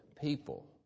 people